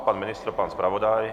Pan ministr, pan zpravodaj?